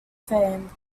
fame